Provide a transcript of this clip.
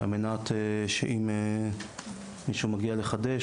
על מנת שאם מישהו מגיע לחדש,